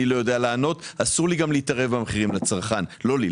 אני לא יודע לענות וגם אסור לי להתערב במחירים לצרכן לא לי,